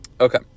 Okay